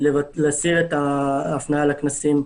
בדרך של פתיחתו לציבור לפי תקנה 7(א),